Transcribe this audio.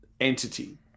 entity